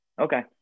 okay